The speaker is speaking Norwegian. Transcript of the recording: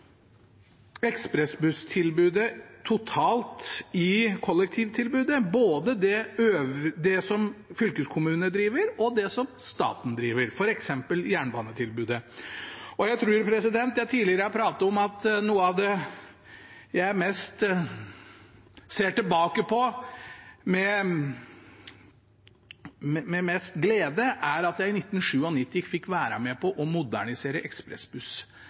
ekspressbusstilbudet totalt i kollektivtilbudet, både det som fylkeskommunene driver, og det som staten driver, f.eks. jernbanetilbudet. Jeg tror jeg tidligere har pratet om at noe av det jeg ser tilbake på med størst glede, er at jeg i 1997 fikk være med på å modernisere